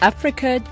Africa